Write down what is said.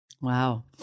Wow